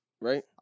Right